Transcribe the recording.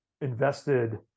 invested